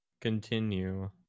Continue